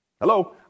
Hello